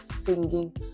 singing